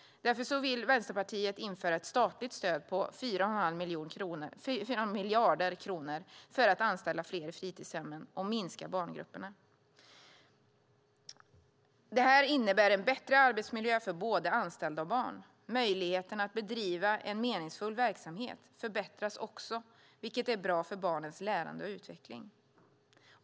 Därför vill Vänsterpartiet införa ett statligt stöd på 4,5 miljarder kronor för att anställa fler i fritidshemmen och minska barngrupperna. Det innebär en bättre arbetsmiljö för både anställda och barn. Möjligheten att bedriva en meningsfull verksamhet förbättras också, vilket är bra för barnens lärande och utveckling.